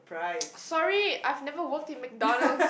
sorry I've never worked in McDonald's